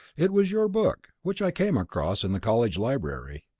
it was your book, which i came across in the college library.